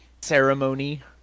ceremony